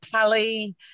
Pally